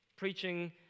Preaching